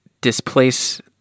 displace